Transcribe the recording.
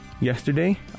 Yesterday